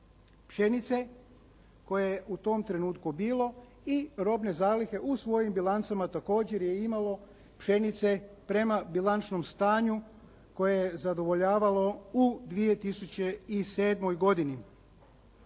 pšenice koje je u tom trenutku bilo i robne zalihe u svojim bilancama također je imalo pšenice prema bilančnom stanju koje je zadovoljavalo u 2007. godini.